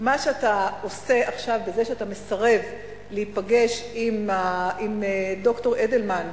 מה שאתה עושה עכשיו בזה שאתה מסרב להיפגש עם ד"ר אידלמן,